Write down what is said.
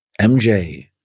MJ